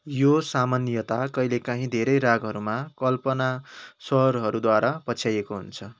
यो सामान्यतया कहिलेकाहीँ धेरै रागहरूमा कल्पना स्वरहरूद्वारा पछ्याइएको हुन्छ